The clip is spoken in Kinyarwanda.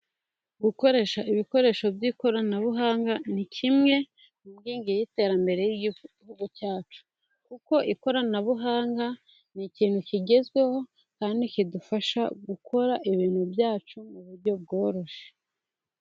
Gukoresha ibikoresho by'ikoranabuhanga ni kimwe mu nkingi y'iterambere ry'igihugu cyacu, kuko ikoranabuhanga ni ikintu kigezweho, kandi kidufasha gukora ibintu byacu mu buryo bworoshye.